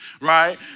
right